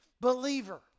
believer